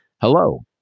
hello